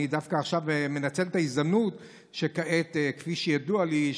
אני דווקא עכשיו מנצל את ההזדמנות שכפי שידוע לי,